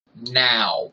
Now